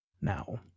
Now